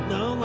no